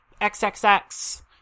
xxx